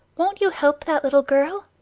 won't you help that little girl?